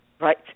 Right